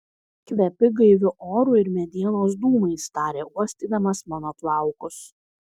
kvepi gaiviu oru ir medienos dūmais tarė uostydamas mano plaukus